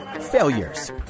failures